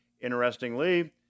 Interestingly